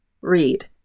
read